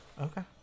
Okay